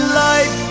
life